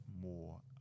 more